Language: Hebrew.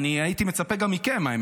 אני, יש לי סט ערכים שונה משלכם.